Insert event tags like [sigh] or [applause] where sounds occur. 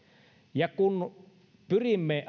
ja kun pyrimme [unintelligible]